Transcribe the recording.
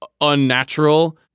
unnatural